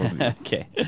Okay